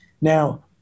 Now